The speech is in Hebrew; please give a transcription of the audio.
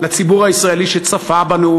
לציבור הישראלי שצפה בנו,